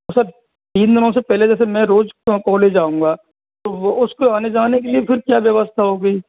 sir तीन दिनों से पहले जैसे मैं रोज़ कॉलेज आऊंगा तो वो उसको आने जाने के लिए फिर क्या व्यवस्था होगी